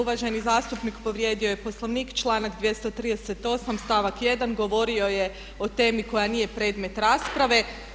Uvaženi zastupnik povrijedio je Poslovnik, članak 238. stavak 1. govorio o temi koja nije predmet rasprave.